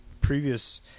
previous